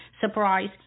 Surprise